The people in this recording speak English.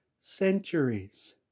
centuries